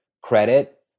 credit